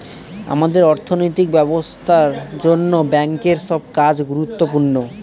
আমাদের অর্থনৈতিক ব্যবস্থার জন্য ব্যাঙ্কের সব কাজ গুরুত্বপূর্ণ